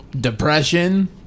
depression